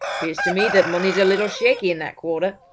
pears to me that money's a little shaky in that quarter